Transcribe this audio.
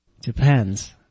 Depends